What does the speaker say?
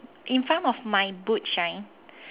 in front of my boot shine